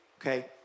okay